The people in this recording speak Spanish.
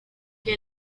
que